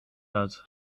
hat